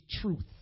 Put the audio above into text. truth